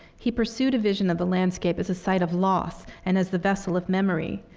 he pursued a vision of the landscape as a site of loss and as the vessel of memory.